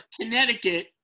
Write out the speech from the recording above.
Connecticut